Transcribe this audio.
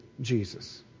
Jesus